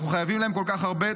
אנחנו חייבים להם כל כך הרבה.